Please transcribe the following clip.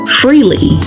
freely